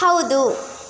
ಹೌದು